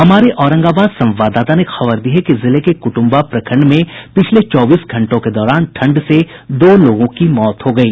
हमारे औरंगाबाद संवाददाता ने खबर दी है कि जिले के कुटुम्बा प्रखंड में पिछले चौबीस घंटों के दौरान ठंड से दो लोगों की मौत हो गयी